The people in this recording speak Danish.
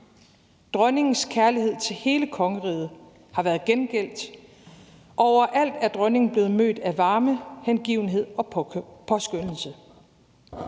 Dronningens kærlighed til hele kongeriget har været gengældt, og over alt er Dronningen blevet mødt af varme, hengivenhed og påskønnelse.